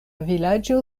vilaĝo